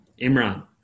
Imran